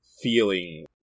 feeling-